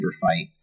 fight